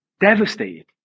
devastated